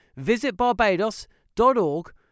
visitbarbados.org